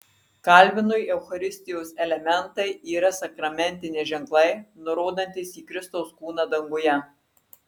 kalvinui eucharistijos elementai yra sakramentiniai ženklai nurodantys į kristaus kūną danguje